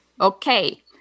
Okay